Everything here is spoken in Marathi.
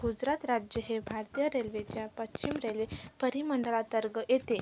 गुजरात राज्य हे भारतीय रेल्वेच्या पश्चिम रेल्वे परिमंडळातर्ग येते